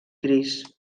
gris